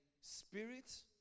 spirit